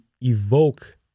evoke